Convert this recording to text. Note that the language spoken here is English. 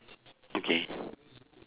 okay